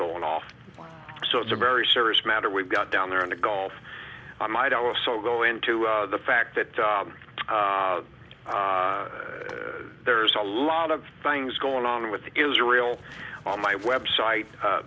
going off so it's a very serious matter we've got down there in the gulf i might also go into the fact that there's a lot of things going on with israel on my website